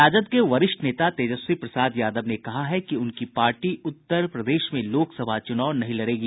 राजद के वरिष्ठ नेता तेजस्वी प्रसाद यादव ने कहा है कि उनकी पार्टी उत्तर प्रदेश में लोकसभा चुनाव नहीं लड़ेगी